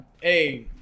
hey